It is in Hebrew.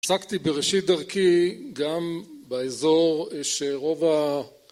הפסקתי, בראשית דרכי, גם באזור שרוב ה...